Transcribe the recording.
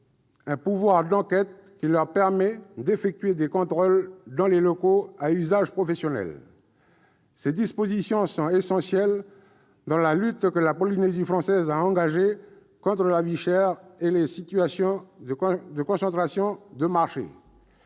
un pouvoir d'enquête qui leur permettra d'effectuer des contrôles dans les locaux à usage professionnel. Ces dispositions sont essentielles au regard de la lutte que la Polynésie française a engagée contre la vie chère et les situations de concentration de marchés.